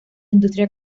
industria